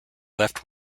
left